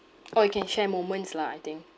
or you can share moments lah I think